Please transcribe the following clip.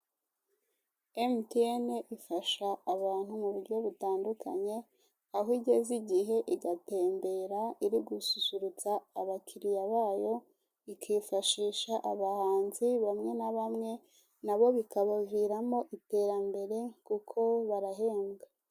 Emutiyeni ifasha abantu mu buryo butandukanye aho igeza igihe igatembera iri gususurutsa abakiriya babo ikifashisha abahanzi bamwe na bamwe nabo bikabaviramo iterambere kuko barahembwa.